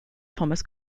thomas